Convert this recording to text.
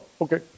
Okay